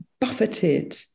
buffeted